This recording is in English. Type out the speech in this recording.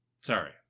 Sorry